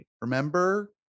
Remember